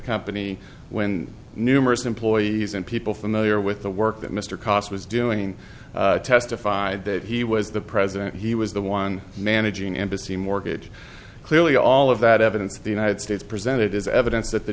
company when numerous employees and people familiar with the work that mr cox was doing testified that he was the president he was the one managing embassy mortgage clearly all of that evidence the united states presented as evidence that the